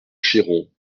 cheyron